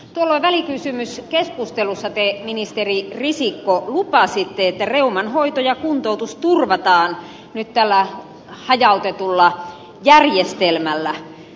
tuolloin välikysymyskeskustelussa te ministeri risikko lupasitte että reuman hoito ja kuntoutus turvataan nyt tällä hajautetulla järjestelmällä